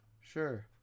Sure